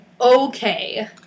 okay